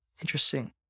Interesting